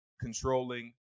controlling